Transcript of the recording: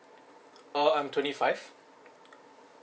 uh I'm twenty five